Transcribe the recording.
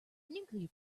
nuclear